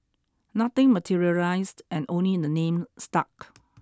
nothing materialised and only the name stuck